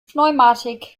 pneumatik